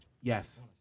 Yes